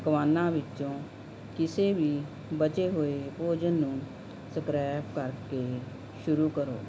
ਪਕਵਾਨਾਂ ਵਿੱਚੋਂ ਕਿਸੇ ਵੀ ਬਚੇ ਹੋਏ ਭੋਜਨ ਨੂੰ ਸਕਰੈਪ ਕਰਕੇ ਸ਼ੁਰੂ ਕਰੋ